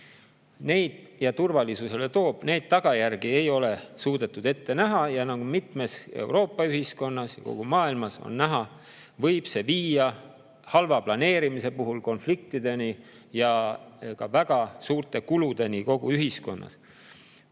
toob ja turvalisusele toob, siis neid ei ole suudetud ette näha. Ja nagu mitmes Euroopa ühiskonnas ja kogu maailmas on näha, võib see viia halva planeerimise puhul konfliktideni ja ka väga suurte kuludeni kogu ühiskonnas.